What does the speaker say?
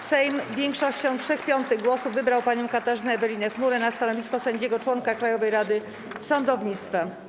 Sejm większością 3/5 głosów wybrał panią Katarzynę Ewelinę Chmurę na stanowisko sędziego-członka Krajowej Rady Sądownictwa.